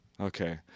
okay